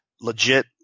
legit